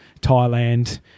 Thailand